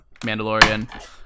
Mandalorian